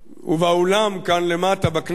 ובאולם, כאן, למטה, בכנסת,